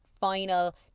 final